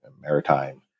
maritime